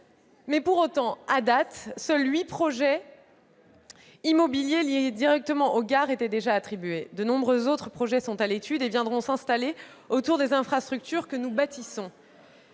Mais, pour autant, à date, seuls huit projets immobiliers liés directement aux gares étaient déjà attribués. De nombreux autres projets sont à l'étude et seront installés autour des infrastructures que nous bâtissons.